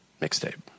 mixtape